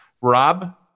Rob